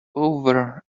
over